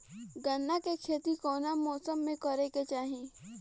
गन्ना के खेती कौना मौसम में करेके चाही?